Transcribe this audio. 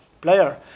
Player